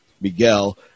Miguel